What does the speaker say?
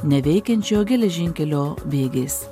neveikiančio geležinkelio bėgiais